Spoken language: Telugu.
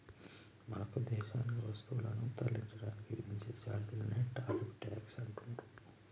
మరొక దేశానికి వస్తువులను తరలించడానికి విధించే ఛార్జీలనే టారిఫ్ ట్యేక్స్ అంటుండ్రు